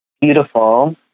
beautiful